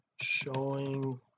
showing